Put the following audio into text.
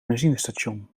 benzinestation